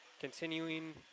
continuing